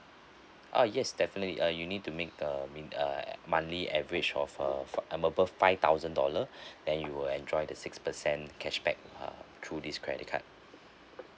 ah yes definitely uh you need to make the min~ uh monthly average of uh f~ above five thousand dollar then you will enjoy the six percent cashback uh through this credit card